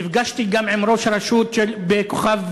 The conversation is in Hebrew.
נפגשתי גם עם ראש הרשות בכוכב-יאיר,